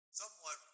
somewhat